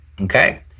okay